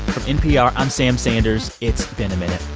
from npr, i'm sam sanders. it's been a minute.